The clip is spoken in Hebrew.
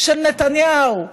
של נתניהו,